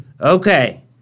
Okay